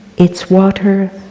its water